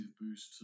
boost